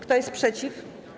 Kto jest przeciw?